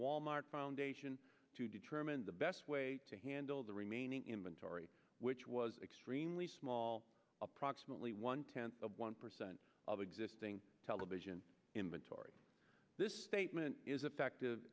walmart foundation to determine the best way to handle the remaining inventory which was extremely small approximately one tenth of one percent of existing television inventory this statement is effective